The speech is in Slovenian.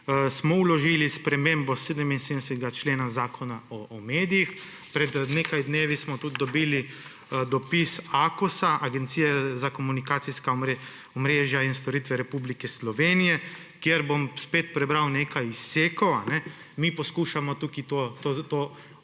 vložili spremembo 77. člena Zakona o medijih. Pred nekaj dnevi smo prejeli dopis Akosa, Agencije za komunikacijska omrežja in storitve Republike Slovenije, in bom spet prebral nekaj izsekov. Mi poskušamo to